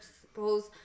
suppose